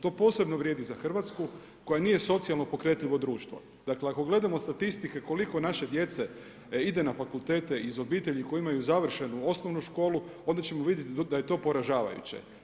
To posebno vrijedi za Hrvatsku koja nije socijalno pokretljivo društvo, dakle ako gledamo statistike koliko naše djece ide na fakultete iz obitelji koje imaju završenu osnovnu školu, onda ćemo vidjeti da je to poražavajuće.